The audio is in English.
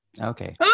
Okay